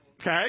okay